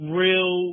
real